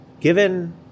Given